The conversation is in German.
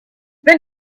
wenn